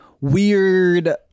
weird